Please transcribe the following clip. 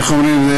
איך אומרים?